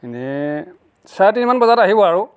ইনেই চাৰে তিনিমান বজাত আহিব আৰু